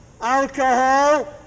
alcohol